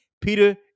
peter